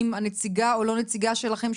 עם הנציגה או לא נציגה שלכם,